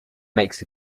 makes